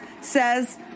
says